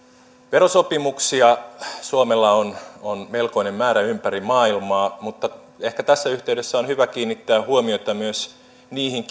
verosopimuksia suomella on on melkoinen määrä ympäri maailmaa mutta ehkä tässä yhteydessä on hyvä kiinnittää huomiota myös niihin